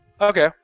Okay